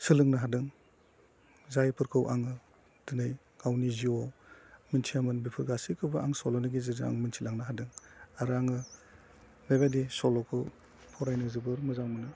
सोलोंनो हादों जायफोरखौ आङो दिनै गावनि जिउआव मोनथियामोन बेफोर गासैखौबो आं सल'नि गेजेरजों आं मोनथिलांनो हादों आरो आङो बेबायदि सल'खौ फरायनो जोबोर मोजां मोनो